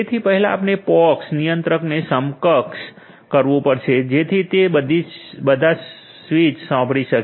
તેથી પહેલા આપણે પોક્સ નિયંત્રકને સક્ષમ કરવું પડશે જેથી તે બધા સ્વીચ સાંભળી શકે